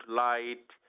light